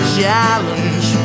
challenge